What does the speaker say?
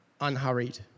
unhurried